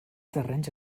terrenys